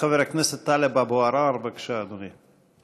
חבר הכנסת טלב אבו עראר, בבקשה, אדוני.